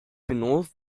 benannt